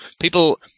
people